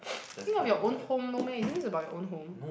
think of your own home no meh isn't it about your own home